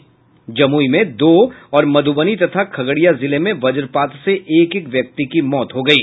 इधर जमुई में दो और मधुबनी तथा खगड़िया जिले में वज्रपात से एक एक व्यक्ति की मौत हो गयी